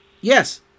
Yes